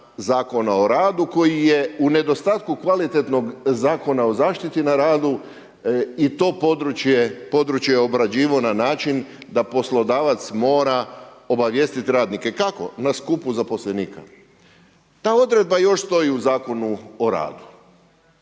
Zakona o radu, koji je u nedostatku kvalitetnog Zakona o zaštiti na radu i to područje obrađivao na način da poslodavac mora obavijestiti radnike. Kako? Na skupu zaposlenika. Ta odredba još stoji u Zakonu o radu.